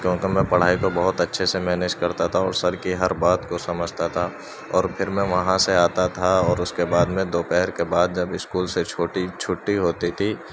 کیونکہ میں پڑھائی تو بہت اچھے سے مینج کرتا تھا اور سر کی ہر بات کو سمجھتا تھا اور پھر میں وہاں سے آتا تھا اور اس کے بعد میں دوپہر کے بعد جب اسکول سے چھوٹی چھٹی ہوتی تھی